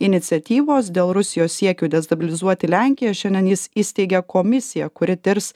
iniciatyvos dėl rusijos siekių destabilizuoti lenkiją šiandien jis įsteigė komisiją kuri tirs